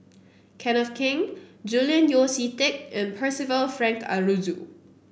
Kenneth Keng Julian Yeo See Teck and Percival Frank Aroozoo